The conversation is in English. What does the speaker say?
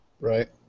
Right